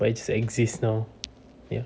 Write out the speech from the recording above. but it's exist now ya